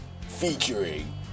Featuring